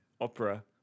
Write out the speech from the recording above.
opera